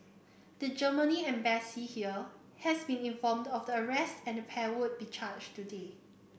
the Germany Embassy here has been informed of the arrest and the pair would be charged today